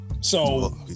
So-